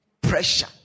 pressure